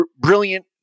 brilliant